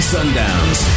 Sundowns